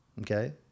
okay